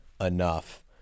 enough